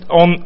on